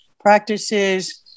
practices